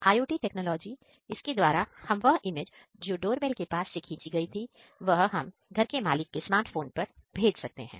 IOT technology इसके द्वारा हम वह इमेज जो डोरबेल के पास से खींची गई थी वह हम घर मालिक के स्मार्टफोन पर भेज सकते हैं